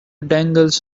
dangles